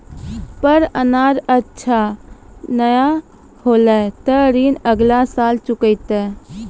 पर अनाज अच्छा नाय होलै तॅ ऋण अगला साल चुकैतै